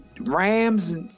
Rams